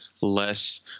less